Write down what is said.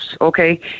okay